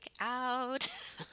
out